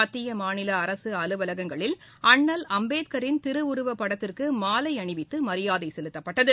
மத்திய மாநில அரசு அலுவலகங்களில் அண்ணல் அம்பேத்கரின் திருவுருவப்படத்திற்கு மாலை அணிவித்து மரியாதை செலுத்தப்பட்டது